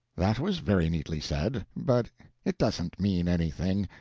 that was very neatly said, but it doesn't mean anything.